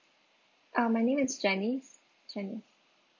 uh my name is janice janice